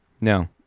no